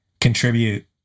contribute